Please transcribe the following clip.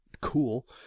cool